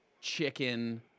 chicken